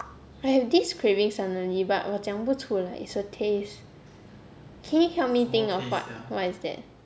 I have this craving suddenly but 我讲不出来 it's a taste can you help me think of what what is that